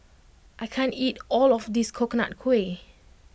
I can't eat all of this Coconut Kuih